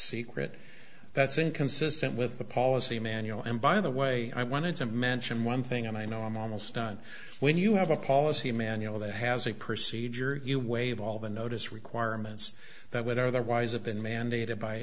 secret that's inconsistent with the policy manual and by the way i wanted to mention one thing and i know i'm almost done when you have a policy manual that has a procedure you waive all the notice requirements that would otherwise have been mandated by